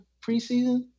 preseason